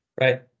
Right